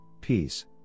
peace